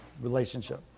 relationship